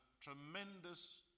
tremendous